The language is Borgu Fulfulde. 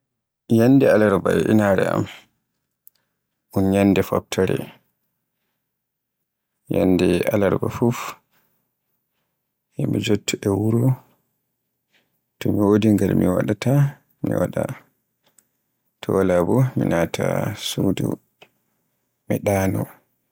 Nyande alarba e inaare am un yannde Foftere. Nyande alarba fuf e mi jotto e woro, to mi wodi ngal mi watta mi waɗa. So wala bo mi naatay suudu mi ɗaano.